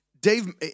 Dave